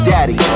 Daddy